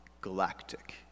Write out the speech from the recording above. galactic